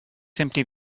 simply